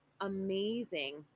amazing